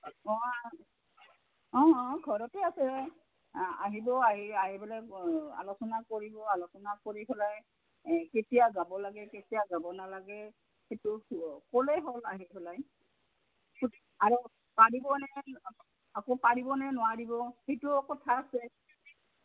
অঁ অঁ অঁ ঘৰতে আছে আহিব আহি আহি পেলাই আলোচনা কৰিব আলোচনা কৰি পেলাই কেতিয়া যাব লাগে কেতিয়া যাব নালাগে সেইটো ক'লেই হ'ল আহি পেলাই আৰু পাৰিবনে আকৌ পাৰিবনে নোৱাৰিব সেইটো কথা আছে